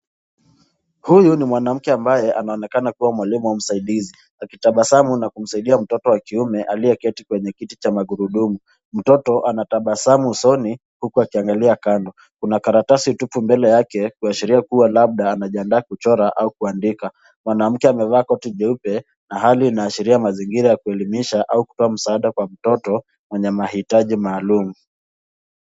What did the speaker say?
Huyu ni mwanamke ambaye ana onekana kuwa mwalimu au msaidizi akitabasamu na kumsaidia mtoto wa kiume aliye keti kwenye kiti cha magurudumu. Mtoto anatabasamu usoni huku aki angalia kando, kuna karatasi tupu mbele yake kuashiria kuwa labda anajianda kuchora au kuandika . Mwanamke amevaa koti jeupe na hali ina ashiria mazingira ya kuelimisha au kutoa msaada kwa mtoto mwenye mahitaji maalum.